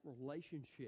relationship